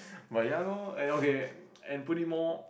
but ya loh and okay and put it more